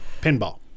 Pinball